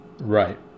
Right